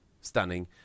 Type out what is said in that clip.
stunning